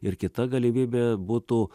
ir kita galimybė būtų